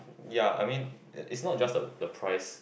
ya I mean it's not just the the price